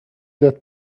that